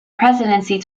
presidency